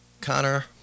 Connor